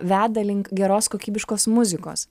veda link geros kokybiškos muzikos